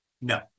No